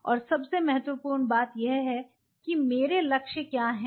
और सबसे महत्वपूर्ण बात यह है कि मेरे लक्ष्य क्या हैं